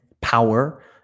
power